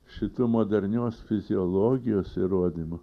šito modernios fiziologijos įrodymo